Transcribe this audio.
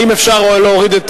האם אפשר להוריד,